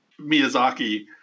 Miyazaki